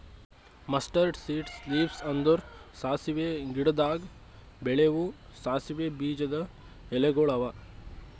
mustard seeds leaves ಅಂದುರ್ ಸಾಸಿವೆ ಗಿಡದಾಗ್ ಬೆಳೆವು ಸಾಸಿವೆ ಬೀಜದ ಎಲಿಗೊಳ್ ಅವಾ